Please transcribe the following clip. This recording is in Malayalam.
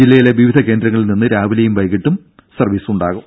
ജില്ലയിലെ വിവിധ കേന്ദ്രങ്ങളിൽ നിന്ന് രാവിലെയും വൈകീട്ട് തിരിച്ചും സർവ്വീസ് ഉണ്ടാവും